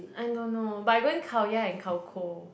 I don't know but I going Khao-Yai and Khao-Ko